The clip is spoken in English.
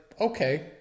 okay